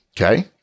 Okay